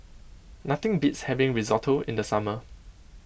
nothing beats having Risotto in the summer